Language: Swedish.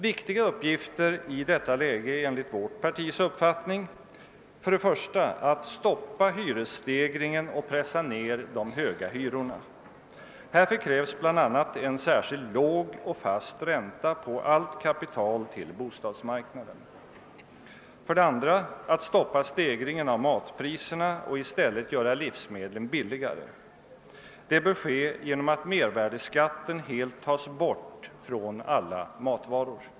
Viktiga uppgifter i detta läge är enligt vårt partis uppfattning för det första att stoppa hyresstegringen och pressa ned de höga hyrorna — härför krävs bl.a. en särskild låg och fast ränta på allt kapital till bostadsmarknaden; för det andra att stoppa stegringen av matpriserna och i stället göra livsmedlen billigare. Det bör ske genom att mervärdeskatten helt tas bort från alla matvaror.